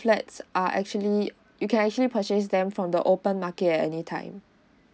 are actually you can actually purchase them from the open market at any time